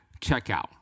checkout